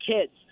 kids